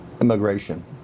immigration